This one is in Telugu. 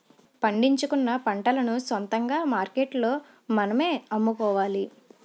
పండించుకున్న పంటలను సొంతంగా మార్కెట్లో మనమే అమ్ముకోవాలి